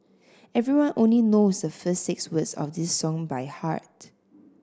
everyone only knows the first six words of this song by heart